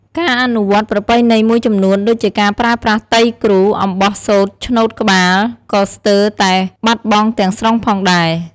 ការអនុវត្តន៍ប្រពៃណីមួយចំនួន ដូចជាការប្រើប្រាស់ "ទៃគ្រូ" អំបោះសូត្រឈ្នួតក្បាល ក៏ស្ទើរតែបាត់បង់ទាំងស្រុងផងដែរ។